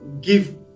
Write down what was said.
give